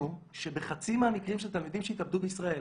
שבחצי מהמקרים של תלמידים שהתאבדו בישראל,